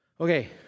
Okay